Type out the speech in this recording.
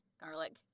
garlic